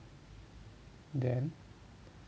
then